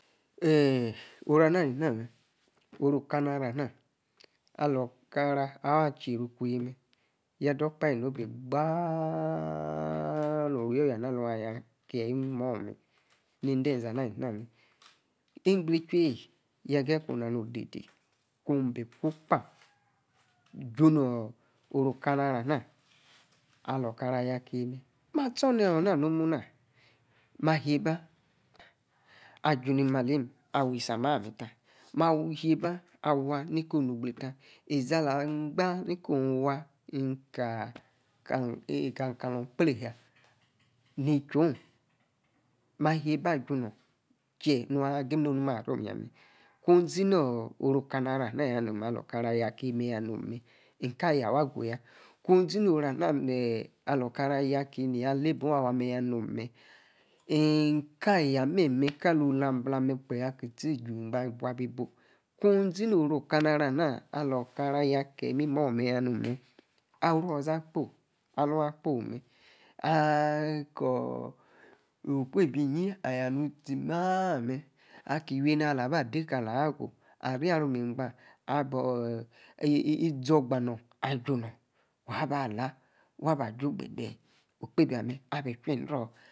Eeh. oru-ana alima. oru okan-aro ama alor-okara. acheru. kui mer. ya doo. okpahe nobe gbaah no-oyor. ana alor. aya kieyi imimoh ne-ende. eze. ana. ali-zi-na. mer. igbii-echu. eyi ya. geyi koma. no-odede. ku bi ku-kpa. junoru okana-aro. ana. alor-okara. ayor. aki mer. ma stor. no-na. nomma ma yie-eba. ajani-maleme awi-esa. maa-mer taa. ma. yieba awa. neko-oh. nu-gbleyi ta. iza alah gba. neko. him waa. kam-kalor. kple-haa. ni-chui oh-maa yie-ba. ajunor. che. nuu. aha. agim. nua-aromo-yamer. ku-zi nor. oru. okana-to ana alor-okara. aya. aki. meya nommer. nka. aya-awa agu-ya ku-zi no-ora alee-okara. ayor aki. yia. lebo awa ya nomer. nka. nyah memer kalo-loabla. aki tie-iju-egba abi. buu. ku zi-no-oru okanaro ana. olor okara ayor akie. imimoh ya nomer. ah oru. olosa. akpoyi alori. akoyi mer ahkor. okpebi-inyi. aya prostie maa-mer. aki-iwi ene-orr ala-ba dekalor. agu. ariarey omo-egba. abor-izo-gba nor. waba lah. waa. ba. aju gbedee. eka. okpebi amer abi. chui. indruu